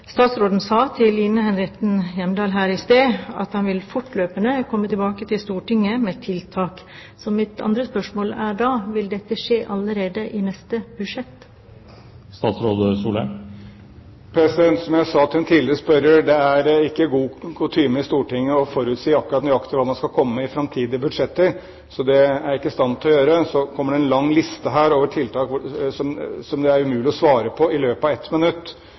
Statsråden sa til Line Henriette Hjemdal her i sted at han fortløpende vil komme til Stortinget med tiltak. Mitt andre spørsmål er da: Vil dette skje allerede i forbindelse med neste budsjett? Som jeg sa til en tidligere spørrer: Det er ikke god kutyme i Stortinget å forutsi nøyaktig hva man skal komme med i framtidige budsjetter, så det er jeg ikke i stand til å gjøre. Så kom det en lang liste over tiltak som det er umulig å svare på i løpet av ett minutt.